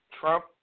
Trump